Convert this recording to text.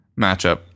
matchup